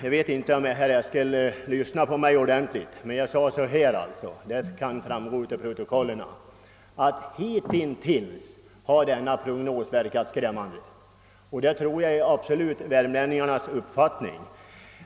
Jag vet inte om herr Eskel ordentligt lyssnade på vad jag sade, men jag framhöll — det framgår av protokollet — att denna prognos hitintills verkat skrämmande, och jag tror också att det är värmlänningarnas uppfattning.